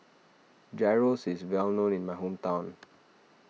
Gyros is well known in my hometown